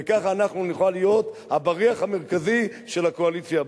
וכך אנחנו נוכל להיות הבריח המרכזי של הקואליציה הבאה.